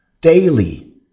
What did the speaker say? daily